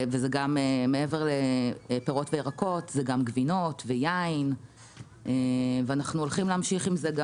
ומעבר לפירות וירקות זה גם גבינות ויין ואנחנו הולכים להמשיך עם זה,